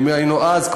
שאם היינו כבר אז,